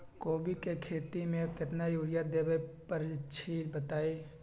कोबी के खेती मे केतना यूरिया देबे परईछी बताई?